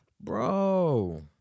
Bro